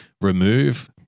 remove